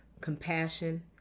compassion